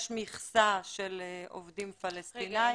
יש מכסה של עובדים פלסטינים.